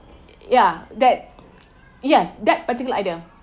ya that yes that particular either